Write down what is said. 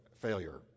failure